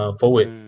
forward